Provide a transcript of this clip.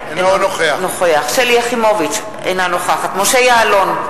אינו נוכח שלי יחימוביץ, אינה נוכחת משה יעלון,